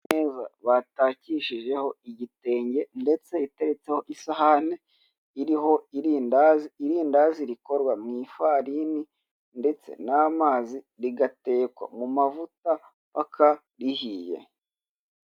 Imeza batakishijeho igitenge, ndetse iteretseho isahani iriho irindazi. Irindazi rikorwa mw'ifarini ndetse n'amazi, rigatekwa mu mavuta mpaka rihiye.